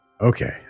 okay